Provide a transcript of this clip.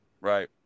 Right